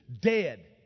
Dead